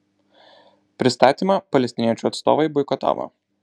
pristatymą palestiniečių atstovai boikotavo